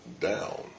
down